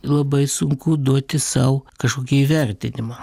labai sunku duoti sau kažkokį įvertinimą